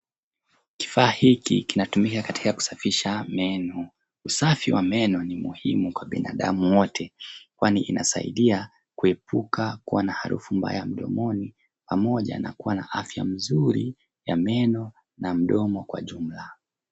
Kifaa hiki kinatumika katika kusafisha meno. Usafi wa meno ni muhimu kwa binadamu wote, kwani inasaidia kuepuka kuwa na harafu mbaya mdomoni pamoja na kuwa afya mzuri ya meno na mdomo kwa jumla